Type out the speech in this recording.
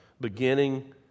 beginning